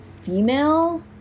female